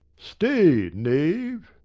stay, knave.